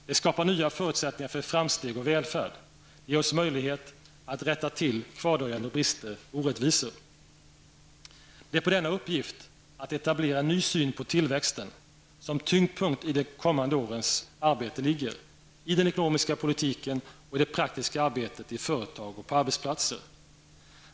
Det skapar nya förutsättningar för framsteg och välfärd, det ger oss möjlighet att rätta till kvardröjande brister och orättvisor. Det är på denna uppgift -- att etablera en ny syn på tillväxten -- som tyngdpunkten i de kommande årens arbete ligger, i den ekonomiska politiken och i det praktiska arbetet i företag och på arbetsplatser.